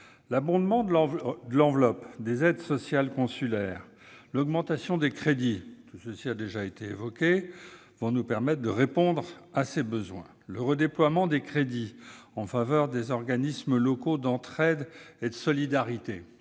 L'abondement de l'enveloppe des aides sociales consulaires et l'augmentation des crédits vont nous permettre de répondre aux besoins. Le redéploiement des crédits en faveur des organismes locaux d'entraide et de solidarité